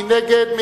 מי נגד?